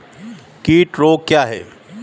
कीट रोग क्या है?